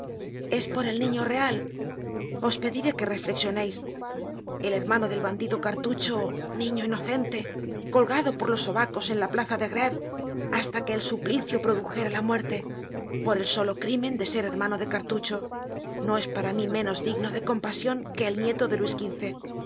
es por el niño real os pediré que reflexioneis el hermano del bandido cartucho niño inocente colgado por los sobacos en la plaza de gréve hasta que el suplicio produjera la muerte por el solo crímen de ser hermano de cartucho no es para mí menos digno de compasion que el nieto de luis